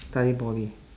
study poly